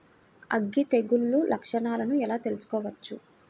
అగ్గి తెగులు లక్షణాలను ఎలా తెలుసుకోవచ్చు?